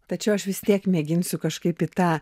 tačiau aš vis tiek mėginsiu kažkaip į tą